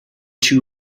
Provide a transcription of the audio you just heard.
two